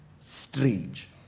strange